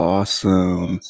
Awesome